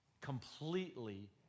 completely